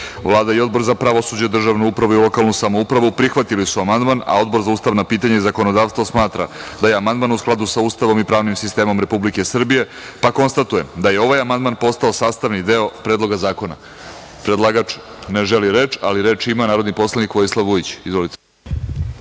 i Odbor za pravosuđe, državnu upravu i lokalnu samoupravu, prihvatili su amandman, a Odbor za ustavna pitanja i zakonodavstvo smatra da je amandman u skladu sa Ustavom i pravnim sistemom Republike Srbije, pa konstatujem da je ovaj amandman postao sastavni deo Predloga zakona. Predlagač ne želi reč. Reč ima narodni poslanik Vojislav Vujić.